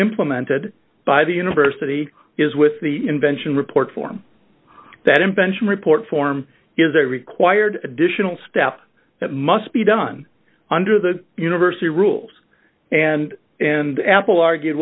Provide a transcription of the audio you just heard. implemented by the university is with the invention report form that invention report form is a required additional staff that must be done under the university rules and and apple argued